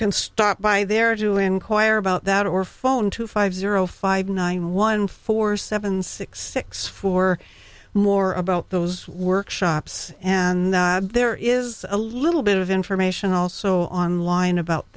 can stop by there do inquiry about that or phone two five zero five nine one four seven six six for more about those workshops and there is a little bit of information also online about